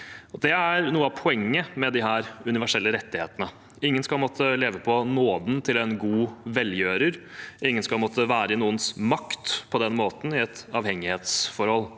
Det er noe av poenget med de universelle rettighetene: Ingen skal måtte leve på nåden til en god velgjører. Ingen skal måtte være i noens makt på den måten, i et avhengighetsforhold.